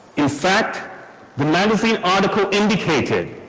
in fact the magazine article indicated